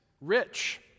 rich